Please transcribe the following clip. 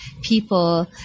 people